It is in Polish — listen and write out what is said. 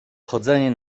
chodzenie